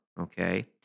okay